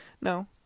No